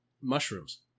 mushrooms